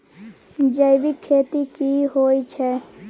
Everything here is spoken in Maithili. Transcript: जैविक खेती की होए छै?